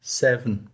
seven